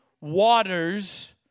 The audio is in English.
waters